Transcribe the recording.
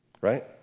right